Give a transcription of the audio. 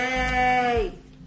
Yay